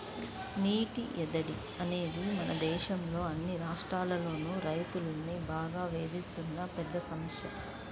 నీటి ఎద్దడి అనేది మన దేశంలో అన్ని రాష్ట్రాల్లోనూ రైతుల్ని బాగా వేధిస్తున్న పెద్ద సమస్య